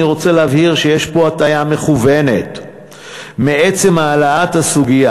אני רוצה להבהיר שיש פה הטעיה מכוונת מעצם העלאת הסוגיה,